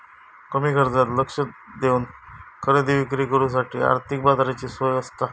कमी खर्चात लक्ष देवन खरेदी विक्री करुच्यासाठी आर्थिक बाजाराची सोय आसता